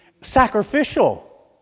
sacrificial